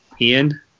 Ian